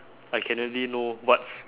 I can already know what's